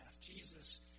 Jesus